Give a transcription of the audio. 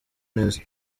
neza